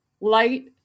light